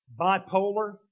Bipolar